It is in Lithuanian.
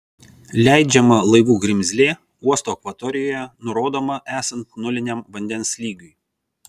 leidžiama laivų grimzlė uosto akvatorijoje nurodoma esant nuliniam vandens lygiui